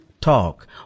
talk